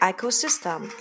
Ecosystem